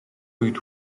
үед